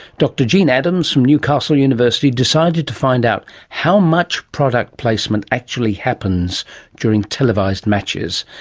dr jean adams from newcastle university decided to find out how much product placement actually happens during televised matches,